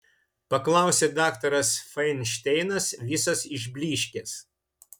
paklausė daktaras fainšteinas visas išblyškęs